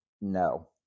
No